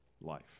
life